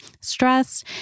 stress